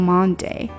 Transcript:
Monday